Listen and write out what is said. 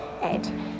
Ed